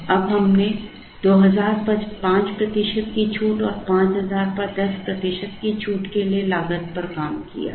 अब हमने 2000 पर 5 प्रतिशत की छूट और 5000 पर 10 प्रतिशत की छूट के लिए लागत पर काम किया है